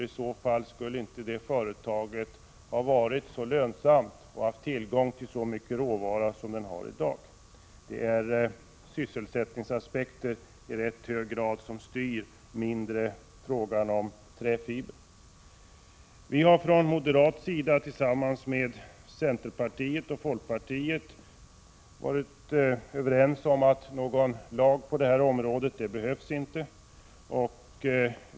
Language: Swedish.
I så fall skulle det företaget inte ha varit så lönsamt och ha haft tillgång till så mycket råvara som fallet är i dag. Det är i rätt hög grad sysselsättningsaspekter som styr, och mindre frågan om träfiber. Moderata samlingspartiet, centerpartiet och folkpartiet har varit överens om att någon lag på detta område inte behövs.